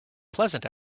pleasant